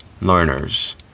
learners